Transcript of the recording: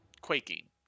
Quaking